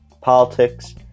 politics